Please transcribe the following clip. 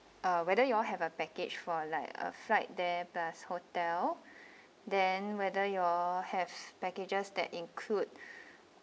ah whether you all have a package for like a flight there plus hotel then whether you all have packages that include